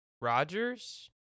Rodgers